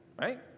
right